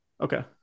Okay